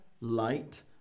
light